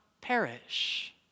perish